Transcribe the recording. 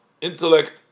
intellect